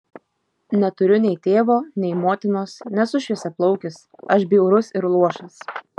neturiu nei tėvo nei motinos nesu šviesiaplaukis aš bjaurus ir luošas